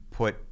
put